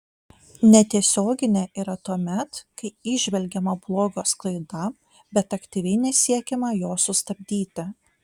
netiesioginė yra tuomet kai įžvelgiama blogio sklaida bet aktyviai nesiekiama jos sustabdyti